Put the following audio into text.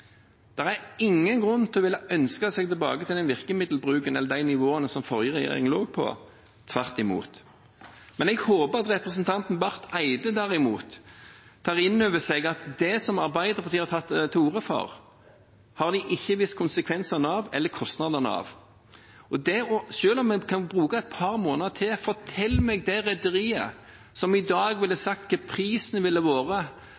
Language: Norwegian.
er ingen grunn til å ville ønske seg tilbake til den virkemiddelbruken eller de nivåene som forrige regjering lå på, tvert imot. Jeg håper at representanten Barth Eide, derimot, tar inn over seg at det som Arbeiderpartiet har tatt til orde for, har de ikke visst konsekvensene av eller kostnadene for. Og selv om en kan bruke et par måneder til: Fortell meg om det rederiet som i dag ville sagt hva prisen ville vært